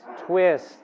twist